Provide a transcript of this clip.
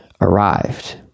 arrived